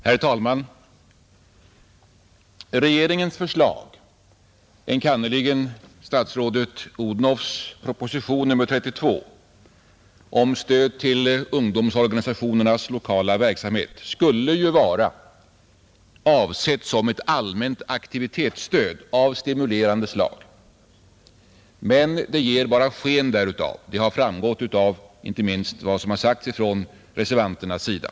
Herr talman! Regeringens förslag, enkannerligen statsrådet Odhnoffs proposition nr 32, om stöd till ungdomsorganisationernas lokala verksamhet skulle ju vara ett allmänt aktivitetsstöd av stimulerande slag, men det ger bara sken därav. Det har framgått inte minst av vad som sagts från reservanternas sida.